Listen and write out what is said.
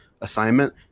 assignment